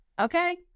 okay